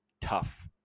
tough